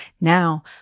Now